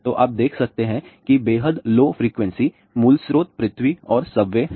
तो आप देख सकते हैं कि बेहद लो फ्रिकवेंसी मूल स्त्रोत पृथ्वी और सबवे हैं